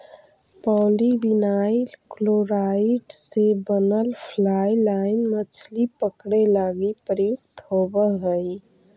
polyvinyl chloride से बनल fly line मछली पकडे लगी प्रयुक्त होवऽ हई